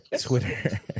Twitter